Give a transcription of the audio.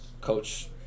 coach